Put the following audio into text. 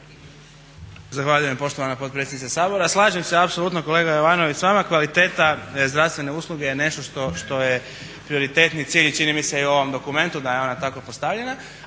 Zahvaljujem poštovana potpredsjednice Sabora. Slažem se apsolutno kolega Jovanović s vama. Kvaliteta zdravstvene usluge je nešto što je prioritetni cilj čini mi se i u ovom dokumentu da je ona tako postavljena.